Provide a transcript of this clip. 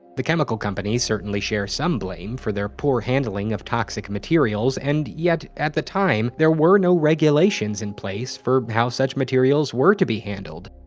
the chemical companies certainly share some blame for their poor handling of toxic materials, and yet, at the time, there were no regulations in place for how such materials were to be handled.